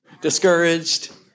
discouraged